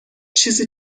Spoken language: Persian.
چیزی